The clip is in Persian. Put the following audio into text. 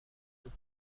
بود